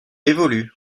évolue